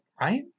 right